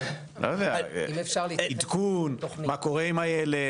לא יודע, עדכון, מה קורה עם הילד?